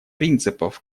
принципов